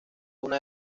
una